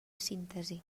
síntesi